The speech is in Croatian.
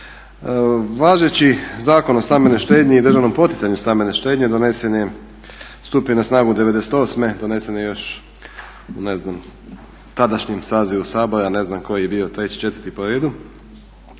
Važeći Zakon o stambenoj štednji i državnom poticanju stambene štednje donesen je stupio je na snagu '98., donesen je još u ne znam tadašnjem sazivu Sabora, ne znam koji je bio 3., 4.po redu